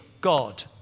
God